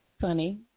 funny